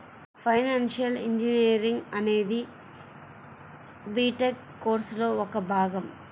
financial engineering అనేది BTech కోర్సులో ఒక భాగం